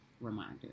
reminder